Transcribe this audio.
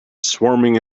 swarming